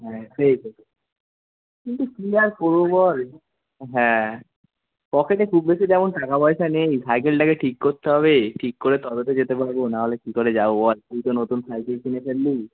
হ্যাঁ সেই তো কিন্তু কী আর করবো বল হ্যাঁ পকেটে খুব বেশি তেমন টাকা পয়সা নেই সাইকেলটাকে ঠিক করতে হবে ঠিক করে তবে তো যেতে পারবো নাহলে কী করে যাবো বল তুই তো নতুন সাইকেল কিনে ফেললি